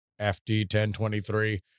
FD-1023